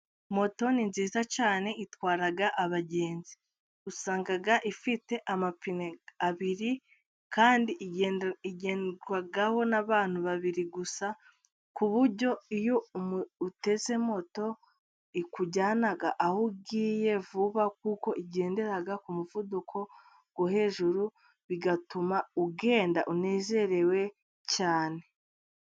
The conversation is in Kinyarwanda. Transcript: Moto ni nziza cyane itwara abagenzi usanga ifite amapine abiri, kandi igenda igenderwaho n'abantu babiri gusa ku buryo iyo uteze moto ikujyana aho ugiye vuba, kuko igendera ku muvuduko wo hejuru bigatuma ugenda unezerewe cyane.